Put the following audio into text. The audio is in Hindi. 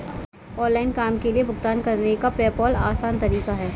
ऑनलाइन काम के लिए भुगतान करने का पेपॉल आसान तरीका है